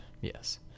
Yes